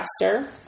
faster